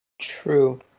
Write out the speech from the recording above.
True